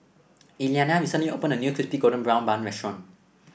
Elianna recently opened a new Crispy Golden Brown Bun restaurant